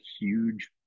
huge